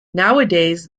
nowadays